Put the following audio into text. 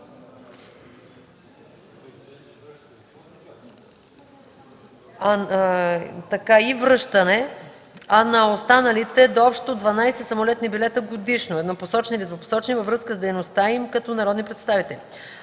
и връщане, а на останалите – до общо 12 самолетни билета годишно – еднопосочни или двупосочни, във връзка с дейността им като народни представители.